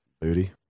Booty